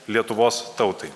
lietuvos tautai